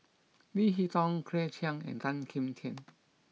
Leo Hee Tong Claire Chiang and Tan Kim Tian